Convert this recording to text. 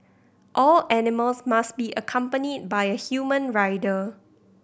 all animals must be accompanied by a human rider